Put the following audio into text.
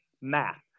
math